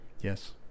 Yes